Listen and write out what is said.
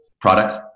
products